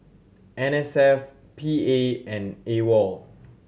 N S F P A and AWOL